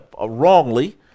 wrongly